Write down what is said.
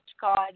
God